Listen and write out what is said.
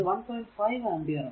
5 ampere ആണ്